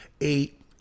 eight